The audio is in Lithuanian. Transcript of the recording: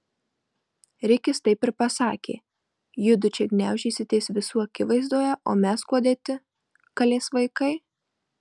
rikis taip ir pasakė judu čia gniaužysitės visų akivaizdoje o mes kuo dėti kalės vaikai